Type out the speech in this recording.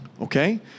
okay